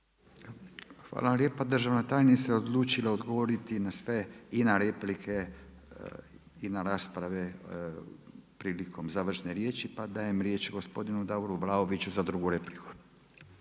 vam lijepa. Državna tajnice odlučila odgovoriti i na sve i na replike i na rasprave prilikom završne riječi, pa dajem riječ gospodinu Davoru Vlaoviću za drugu repliku.